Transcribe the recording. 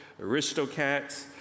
Aristocats